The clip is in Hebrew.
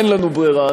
אין לנו ברירה,